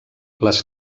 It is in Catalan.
les